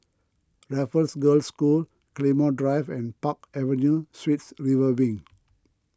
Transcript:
Raffles Girls' School Claymore Drive and Park Avenue Suites River Wing